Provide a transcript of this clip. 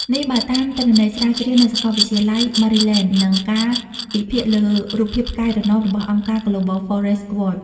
នេះបើតាមទិន្នន័យស្រាវជ្រាវនៅសកលវិទ្យាល័យ Maryland និងការវិភាគលើរូបភាពផ្កាយរណបរបស់អង្គការ Global Forest Watch។